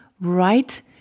right